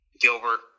Gilbert